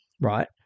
right